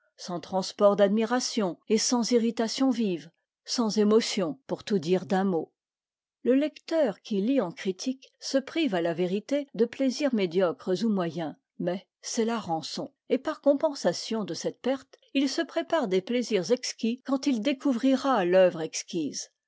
sans transports d'admiration et sans irritations vives sans émotions pour tout dire d'un mot le lecteur qui lit en critique se prive à la vérité de plaisirs médiocres ou moyens mais c'est la rançon et par compensation de cette perte il se prépare des plaisirs exquis quand il découvrira l'œuvre exquise